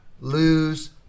lose